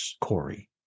Corey